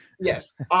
Yes